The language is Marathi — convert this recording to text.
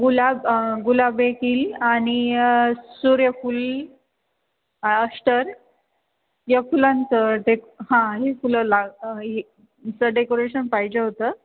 गुलाब गुलाब एक येईल आणि सूर्यफुल अष्टर या फुलांचं डे हां हे फुलं ला ह्याचं डेकोरेशन पाहिजे होतं